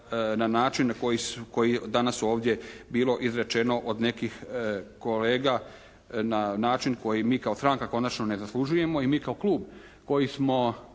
na način na koji je danas ovdje bilo izrečeno od nekih kolega na način koji mi kao stranka konačno ne zaslužujemo. I mi kao klub koji smo